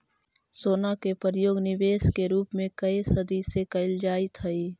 सोना के प्रयोग निवेश के रूप में कए सदी से कईल जाइत हई